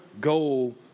goal